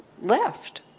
left